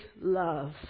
love